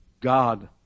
God